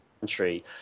country